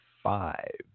five